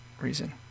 reason